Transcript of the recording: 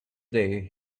day